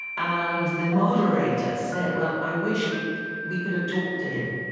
and the moderator said, well, i wish we we could have talked to him,